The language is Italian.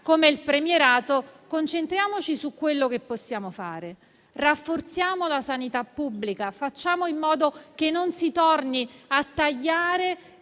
come il premierato, concentriamoci su quello che possiamo fare. Rafforziamo la sanità pubblica, facciamo in modo che non si torni a tagliare